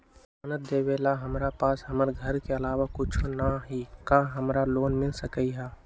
जमानत देवेला हमरा पास हमर घर के अलावा कुछो न ही का हमरा लोन मिल सकई ह?